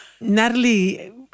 Natalie